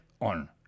on